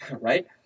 Right